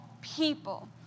people